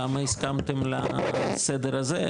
למה הסכמתם לסדר הזה,